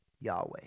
Yahweh